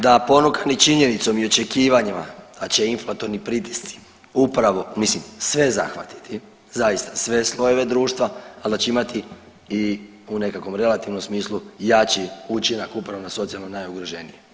Da ponukani činjenicama i očekivanjima da će inflatorni pritisci upravo mislim sve zahvatiti, zaista sve slojeve društva, ali da će imati i u nekakvom relativnom smislu jači učinak upravo na socijalno najugroženije.